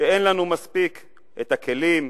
שאין לנו מספיק כלים,